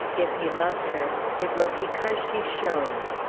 if he loved her, it was because she shone.